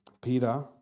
Peter